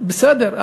בסדר.